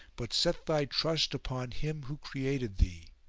but set thy trust upon him who created thee,